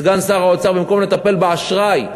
סגן שר האוצר, במקום לטפל באשראי,